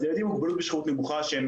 ילדים עם מוגבלות בשכיחות נמוכה שהן